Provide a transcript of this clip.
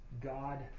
God